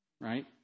right